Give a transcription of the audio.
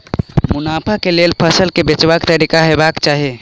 मुनाफा केँ लेल फसल केँ बेचबाक तरीका की हेबाक चाहि?